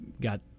got